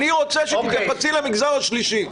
אני רוצה שתתייחסי למגזר השלישי.